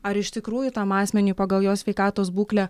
ar iš tikrųjų tam asmeniui pagal jo sveikatos būklę